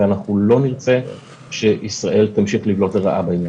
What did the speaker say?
לא נרצה שישראל תמשיך לבלוט לרעה בעניין הזה.